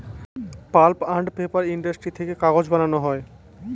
pulp and paper industry থেকে কাগজ বানানো হয়